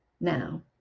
Now